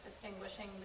distinguishing